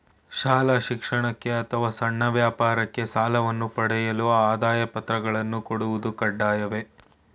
ಶಾಲಾ ಶಿಕ್ಷಣಕ್ಕೆ ಅಥವಾ ಸಣ್ಣ ವ್ಯಾಪಾರಕ್ಕೆ ಸಾಲವನ್ನು ಪಡೆಯಲು ಆದಾಯ ಪತ್ರಗಳನ್ನು ಕೊಡುವುದು ಕಡ್ಡಾಯವೇ?